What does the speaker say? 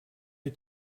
you